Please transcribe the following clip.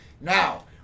Now